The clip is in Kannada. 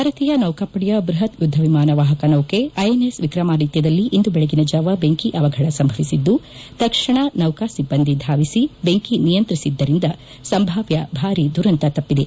ಭಾರತೀಯ ನೌಕಾಪಡೆಯ ಬ್ಲಹತ್ ಯುದ್ದವಿಮಾನ ವಾಹಕ ನೌಕೆ ಐಎನ್ಎಸ್ ವಿಕ್ರಮಾದಿತ್ಯದಲ್ಲಿ ಇಂದು ಬೆಳಗಿನ ಜಾವ ಬೆಂಕಿ ಅವಘಡ ಸಂಭವಿಸಿದ್ದು ತಕ್ಷಣ ನೌಕಾ ಸಿಬ್ಬಂದಿ ಧಾವಿಸಿ ಬೆಂಕಿ ನಿಯಂತ್ರಿಸಿದ್ದರಿಂದ ಸಂಭಾವ್ಯ ಭಾರೀ ದುರಂತ ತಪ್ಪಿದೆ